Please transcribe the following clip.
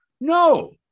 No